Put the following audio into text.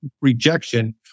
rejection